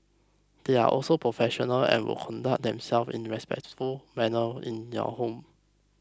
they are also professional and will conduct themselves in respectful manner in your home